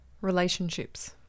relationships